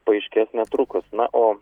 paaiškės netrukus na o